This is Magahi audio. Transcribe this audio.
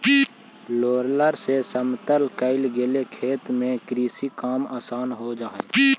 रोलर से समतल कईल गेल खेत में कृषि काम आसान हो जा हई